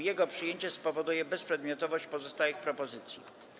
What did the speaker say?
Jego przyjęcie spowoduje bezprzedmiotowość pozostałych propozycji.